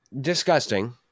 Disgusting